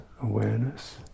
awareness